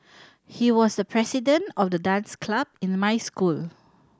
he was the president of the dance club in my school